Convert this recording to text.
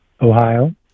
Ohio